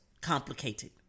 complicated